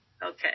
Okay